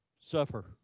Suffer